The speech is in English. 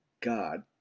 God